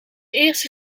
eerste